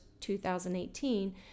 2018